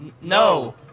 No